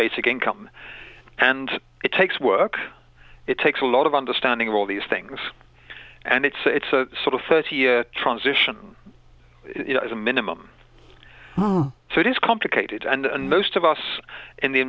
basic income and it takes work it takes a lot of understanding all these things and it's it's a sort of thirty year transition you know as a minimum so it is complicated and most of us in the